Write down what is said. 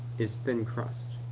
is thin-crust?